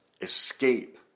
escape